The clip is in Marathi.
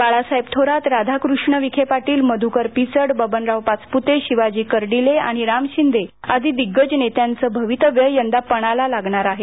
बाळासाहेब थोरात राधाकृष्ण विखे पाटील मध्कर पिचड बबनराव पाचपुते शिवाजी कर्डीले आणि राम शिंदे आदी दिग्गज नेत्यांचे भवितव्य यंदा पणाला लागणार आहे